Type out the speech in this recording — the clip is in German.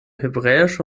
hebräische